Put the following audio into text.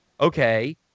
okay